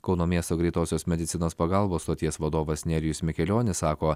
kauno miesto greitosios medicinos pagalbos stoties vadovas nerijus mikelionis sako